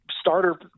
Starter